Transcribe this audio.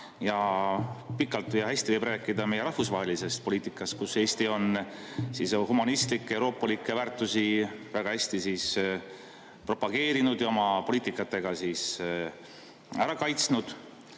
Pikalt ja hästi võib rääkida meist rahvusvahelises poliitikas, kus Eesti on humanistlik ja euroopalikke väärtusi väga hästi propageerinud ja oma poliitikatega ära kaitsnud.